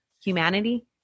humanity